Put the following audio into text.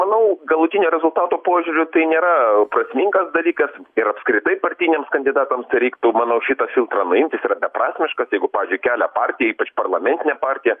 manau galutinio rezultato požiūriu tai nėra prasmingas dalykas ir apskritai partiniams kandidatams tereiktų manau šitą filtrą nuimt jis yra beprasmiškas jeigu pavyzdžiui kelia partijai ypač parlamentinė partija